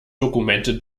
dokumente